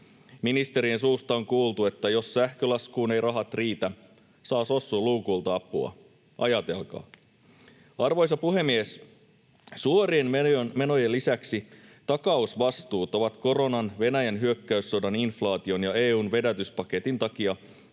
Ministerien suusta on kuultu, että jos sähkölaskuun eivät rahat riitä, saa sossun luukulta apua — ajatelkaa. Arvoisa puhemies! Suorien menojen lisäksi takausvastuut ovat koronan, Venäjän hyökkäyssodan, inflaation ja EU:n vedätyspaketin takia